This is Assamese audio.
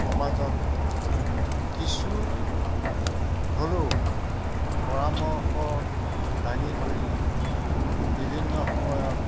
সমাজত কিছু হ'লেও পৰামৰ্শ দাঙি ধৰি বিভিন্ন সময়ত